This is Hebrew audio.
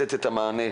תודה.